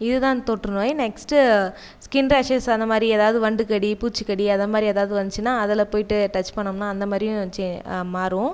இது தான் தொற்று நோய் நெக்ஸ்ட்டு ஸ்கின் ரேஷஸ் அந்த மாதிரி எதாவது வண்டுக்கடி பூச்சிக்கடி அதை மாதிரி எதாவது வந்துசுனா அதில் போயிட்டு டச் பண்ணோம்னா அந்த மாதிரியும் சே மாறும்